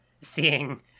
seeing